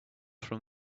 from